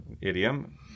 idiom